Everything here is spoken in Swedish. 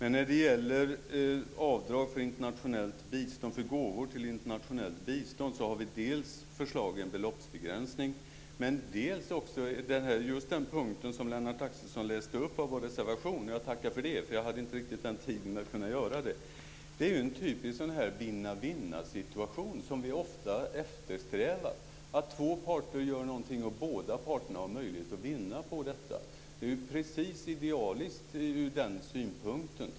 När det gäller avdrag för gåvor till internationellt bistånd har vi dels förslaget om beloppsbegränsning, dels den punkt som Lennart Axelsson läste upp från vår reservation. Jag tackar för det, för jag hade inte tid att själv göra det. Här handlar det om en typisk vinna-vinnasituation - något som vi ofta eftersträvar - där två parter gör något som båda har möjlighet att vinna på. Det är idealiskt ur den synpunkten.